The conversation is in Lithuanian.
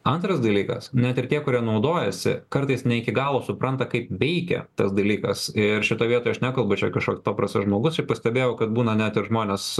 antras dalykas net ir tie kurie naudojasi kartais ne iki galo supranta kaip veikia tas dalykas ir šitoj vietoj aš nekalbu čia kažkoks paprastas žmogus šiaip pastebėjau kad būna net ir žmonės